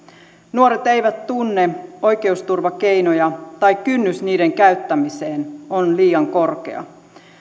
nuoret eivät tunne oikeusturvakeinoja tai kynnys niiden käyttämiseen on liian korkea